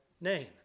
name